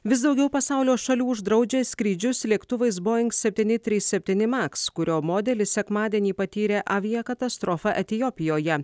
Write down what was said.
vis daugiau pasaulio šalių uždraudžia skrydžius lėktuvais boing septyni trys septyni maks kurio modelis sekmadienį patyrė aviakatastrofą etiopijoje